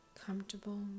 comfortable